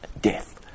death